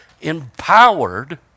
empowered